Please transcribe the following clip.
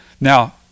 Now